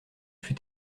fut